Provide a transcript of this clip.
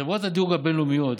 חברות הדירוג הבין-לאומיות,